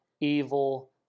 evil